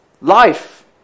life